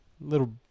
Little